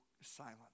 silent